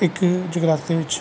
ਇੱਕ ਜਗਰਾਤੇ ਵਿੱਚ